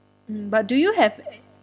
mm but do you have